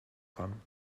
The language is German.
kommen